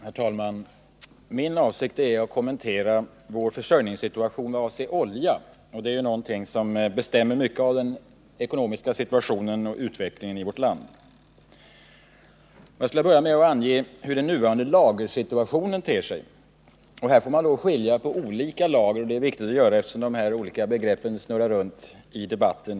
Herr talman! Min avsikt är att kommentera vår försörjningssituation i vad avser olja; den är ju någonting som bestämmer mycket av den ekonomiska utvecklingen i vårt land. Jag skulle vilja börja med att ange hur den nuvarande lagersituationen ter sig. Här är det viktigt att skilja mellan olika lager, eftersom de olika begreppen snurrar runt i debatten.